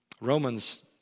Romans